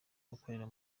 abakorera